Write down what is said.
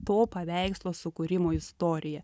to paveikslo sukūrimo istorija